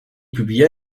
publia